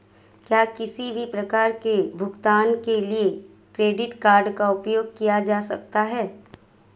क्या किसी भी प्रकार के भुगतान के लिए क्रेडिट कार्ड का उपयोग किया जा सकता है?